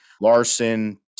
Larson